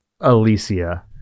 Alicia